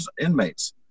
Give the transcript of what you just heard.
inmates